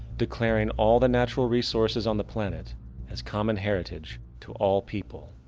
declaring all the natural resources on the planet as common heritage to all people,